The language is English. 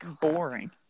boring